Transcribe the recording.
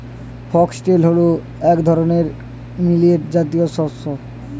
foxtail হল এক ধরনের মিলেট জাতীয় শস্য